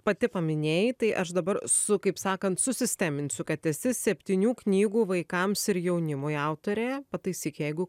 pati paminėjai tai aš dabar su kaip sakant susisteminsiu kad esi septynių knygų vaikams ir jaunimui autorė pataisyk jeigu